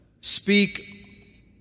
speak